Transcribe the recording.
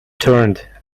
turned